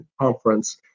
conference